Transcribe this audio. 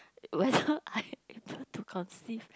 whether I able to conceive